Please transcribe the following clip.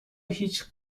هیچ